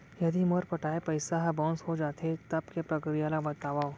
यदि मोर पटाय पइसा ह बाउंस हो जाथे, तब के प्रक्रिया ला बतावव